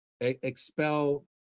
expel